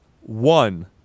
one